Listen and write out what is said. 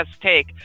take